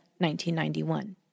1991